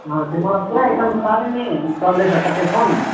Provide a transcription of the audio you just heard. अँ त्यो मलाई पुरा एकदम साह्रै नै चल्दैछ त त्यो फोन